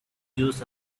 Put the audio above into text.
juice